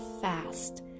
fast